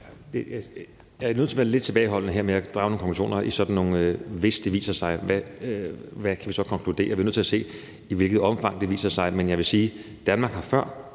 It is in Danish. Jeg er nødt til at være lidt tilbageholdende her med at drage nogen konklusioner i sådan noget med, at hvis det viser sig, hvad kan vi så konkludere? Vi er nødt til at se på, i hvilket omfang det viser sig. Men jeg vil sige, at Danmark før